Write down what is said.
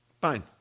Fine